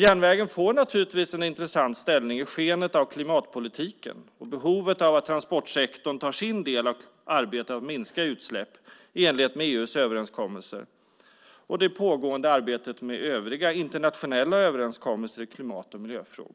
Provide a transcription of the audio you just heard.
Järnvägen får naturligtvis en intressant ställning i skenet av klimatpolitiken och behovet av att transportsektorn tar sin del av arbetet att minska utsläppen i enlighet med EU:s överenskommelser och det pågående arbetet med övriga internationella överenskommelser i klimat och miljöfrågor.